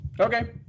Okay